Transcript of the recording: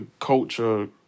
culture